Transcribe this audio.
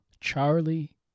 Charlie